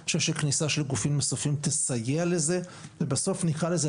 אני חושב שכניסה של גופים נוספים תסייע לזה ובסוף נקרא לזה,